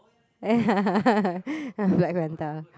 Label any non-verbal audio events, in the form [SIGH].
ya [LAUGHS] blank-panther